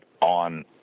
on